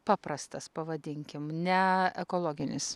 paprastas pavadinkim ne ekologinis